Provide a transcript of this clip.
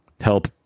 help